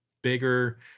bigger